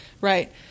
right